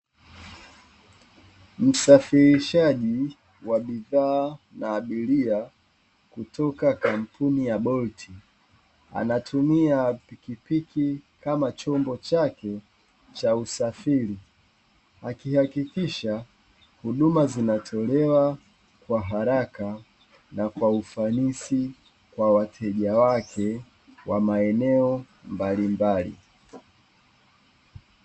Msafirishaji wa bidhaa na abiria kutoka kampuni ya "bolt", anatumia pikipiki kama chombo chake cha usafiri, akihakikisha huduma zinazotolewa kwa haraka na kwa ufanisi kwa wateja wake wa maeneo mbalimbali.